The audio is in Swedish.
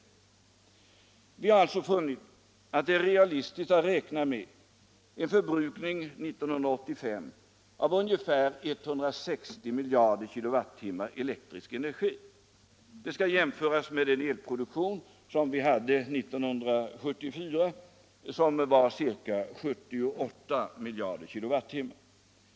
Vi har alltså funnit att det är realistiskt att räkna med en förbrukning 1985 av ungefär 160 miljarder kWh elektrisk energi. Det skall jämföras med den elproduktion vi hade 1974, nämligen ca 78 miljarder kWh.